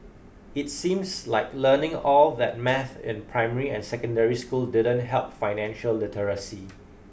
it seems like learning all that maths in primary and secondary school didn't help financial literacy